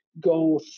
go